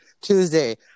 Tuesday